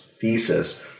thesis